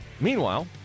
Meanwhile